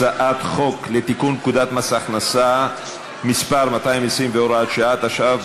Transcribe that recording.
הצעת חוק לתיקון פקודת מס הכנסה (מס' 220 והוראות שעה),